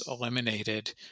eliminated